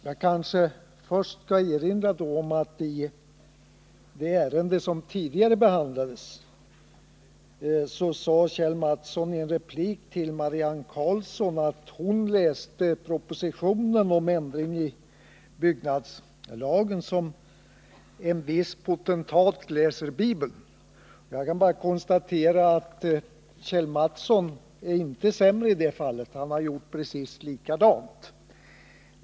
Jag skall kanske först erinra om att Kjell Mattsson i en replik till Marianne Karlsson i det ärende som tidigare behandlades sade att hon läste propositionen om ändring i byggnadslagen som en viss potentat läser Bibeln. För min del kan jag bara konstatera att Kjell Mattsson inte är sämre i det fallet. Han har nämligen gjort precis likadant.